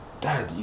Dad